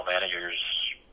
managers